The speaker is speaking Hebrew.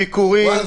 לבדוק אם זה אפשרי.